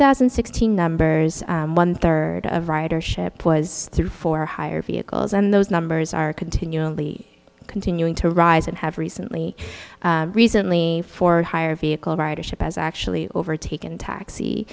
thousand and sixteen numbers one third of ridership was through for higher vehicles and those numbers are continually continuing to rise and have recently recently for higher vehicle ridership has actually overtaken taxi